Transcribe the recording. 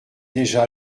déjà